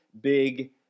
big